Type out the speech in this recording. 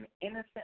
innocent